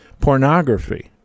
Pornography